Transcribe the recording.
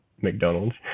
McDonald's